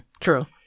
true